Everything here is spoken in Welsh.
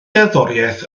gerddoriaeth